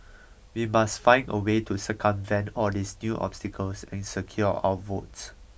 we must find a way to circumvent all these new obstacles and secure our votes